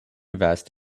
vest